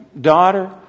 daughter